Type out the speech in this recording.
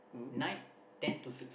night ten to six